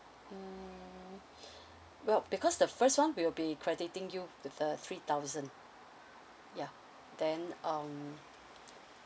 hmm well because the first one we'll be crediting you with the three thousand ya then um